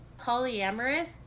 polyamorous